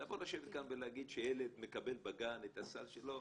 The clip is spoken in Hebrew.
לבוא לשבת כאן ולהגיד שילד מקבל בגן את הסל שלו,